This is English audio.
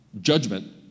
judgment